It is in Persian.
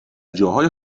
جاهای